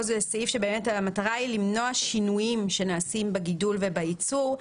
פה זה סעיף שהמטרה היא למנוע שינויים שנעשים בגידול ובייצור.